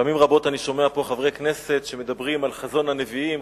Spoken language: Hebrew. פעמים רבות אני שומע פה חברי כנסת שמדברים על חזון הנביאים,